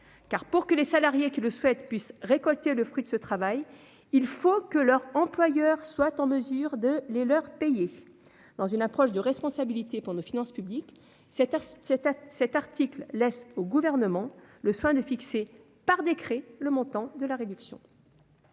Car, pour que les salariés qui le souhaitent puissent récolter les fruits de leur travail, il faut que leur employeur soit en mesure de les payer. Dans un esprit de responsabilité pour nos finances publiques, l'article laisse au Gouvernement le soin de fixer par décret le montant de la réduction.